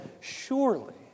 surely